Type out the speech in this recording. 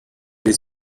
des